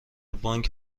بانک